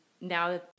now